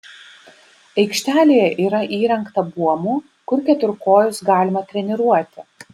aikštelėje yra įrengta buomų kur keturkojus galima treniruoti